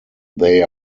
they